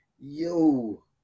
Yo